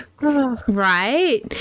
right